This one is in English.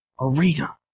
arena